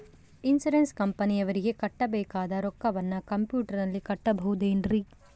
Insurance ಕಂಪನಿಯವರಿಗೆ ಕಟ್ಟಬೇಕಾದ ರೊಕ್ಕವನ್ನು ಕಂಪ್ಯೂಟರನಲ್ಲಿ ಕಟ್ಟಬಹುದ್ರಿ?